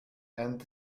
and